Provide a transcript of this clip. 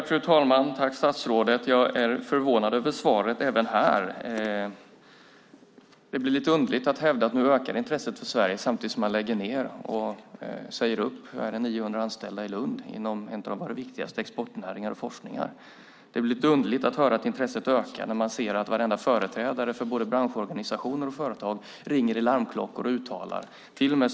Fru talman! Tack, statsrådet! Jag är förvånad över svaret även här. Det blir lite underligt att hävda att intresset ökar för Sverige, samtidigt som man lägger ned och säger upp 900 anställda i Lund inom en av våra viktigaste exportnäringar och forskningar. Det blir lite underligt att höra att intresset ökar när man ser att varenda företrädare för både branschorganisationer och företag ringer i larmklockor och gör uttalanden.